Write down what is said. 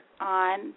on